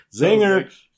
zinger